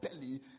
belly